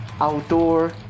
outdoor